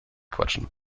quatschen